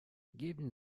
geben